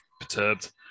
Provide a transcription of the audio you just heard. perturbed